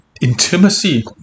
intimacy